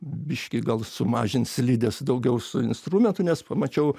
biškį gal sumažint slides daugiau su instrumentu nes pamačiau